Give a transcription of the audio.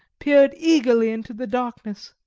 peered eagerly into the darkness.